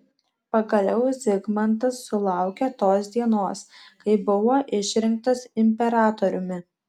pagaliau zigmantas sulaukė tos dienos kai buvo išrinktas imperatoriumi